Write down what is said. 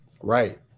Right